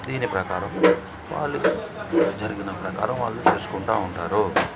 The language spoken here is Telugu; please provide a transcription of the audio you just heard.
దీని ప్రకారం వాళ్ళు జరిగిన ప్రకారం వాళ్ళు చూసుకుంటూ ఉంటారు